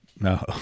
no